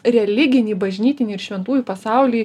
religinį bažnytinį ir šventųjų pasaulį